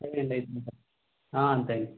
సరే అండి అయితే థ్యాంక్ యూ